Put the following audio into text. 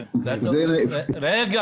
כלומר